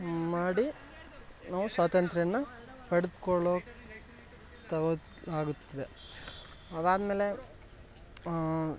ಮಾಡಿ ನಾವು ಸ್ವಾತಂತ್ರ್ಯನ ಪಡೆದ್ಕೊಳ್ಳೊ ತವತ್ ಆಗುತ್ತಿದೆ ಅದಾದ್ಮೇಲೆ